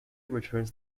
returns